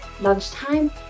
lunchtime